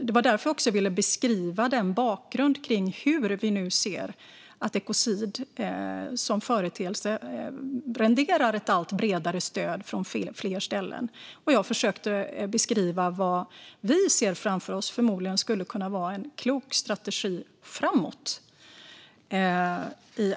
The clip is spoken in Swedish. Det var därför jag ville beskriva bakgrunden till att vi nu ser att ekocid som företeelse renderar ett allt bredare stöd från allt fler ställen. Jag försökte i all ödmjukhet beskriva vad vi ser framför oss förmodligen skulle vara en klok strategi framåt.